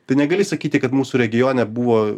tai negali sakyti kad mūsų regione buvo